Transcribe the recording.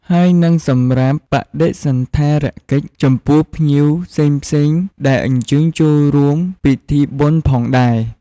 ហើយនិងសម្រាប់បដិសណ្ឋារកិច្ចចំពោះភ្ញៀវផ្សេងៗ ដែលអញ្ជើញចូលរួមពិធីបុណ្យផងដែរ។